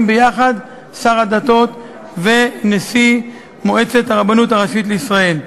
ביחד שר הדתות ונשיא מועצת הרבנות הראשית לישראל.